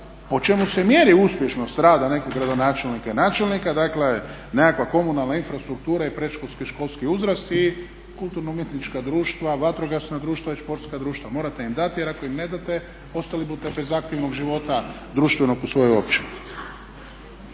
po čemu se mjeri uspješnost rada nekog gradonačelnika i načelnika. Dakle nekakva komunalna infrastruktura i predškolski i školski uzrast i kulturno umjetnička društva, vatrogasna društva i športska društva. Morate im dati jer ako im ne date ostali budete bez aktivnog života društvenog u svojoj općini.